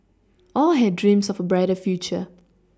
all had dreams of a brighter future